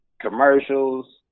commercials